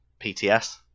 pts